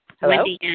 Hello